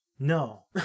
No